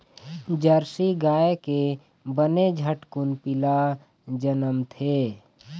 Jersey गाय के बने झटकुन पिला जनमथे